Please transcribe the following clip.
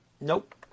Nope